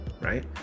Right